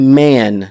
man